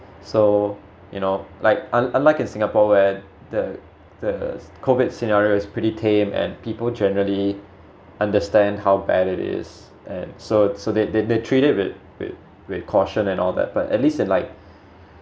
so you know like unlike in singapore where the the COVID scenario is pretty tame and people generally understand how bad it is and so so they they they treated with with with caution and all that but at least in like